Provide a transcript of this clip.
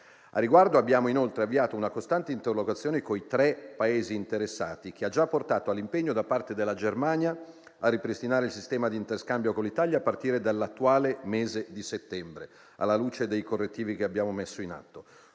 Al riguardo, abbiamo inoltre avviato una costante interlocuzione con i tre Paesi interessati, che ha già portato all'impegno da parte della Germania a ripristinare il sistema di interscambio con l'Italia a partire dal corrente mese di settembre, alla luce dei correttivi che abbiamo messo in atto.